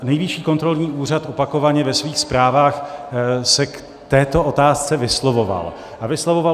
Nejvyšší kontrolní úřad opakovaně ve svých zprávách se k této otázce vyslovoval.